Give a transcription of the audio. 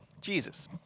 Jesus